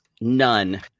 none